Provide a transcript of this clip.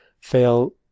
fail